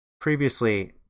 previously